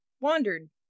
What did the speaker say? wandered